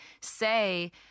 say